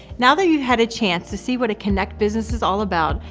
now that you've had a chance to see what a kynect business is all about,